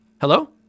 Hello